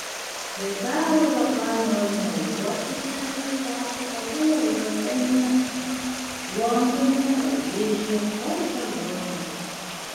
visa europa nori naujuosius metus švęsti populiariuose miestuose londone paryžiuje barselonoje